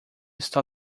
está